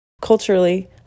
Culturally